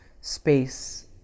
space